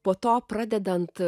po to pradedant